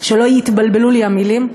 שלא יתבלבלו לי המילים,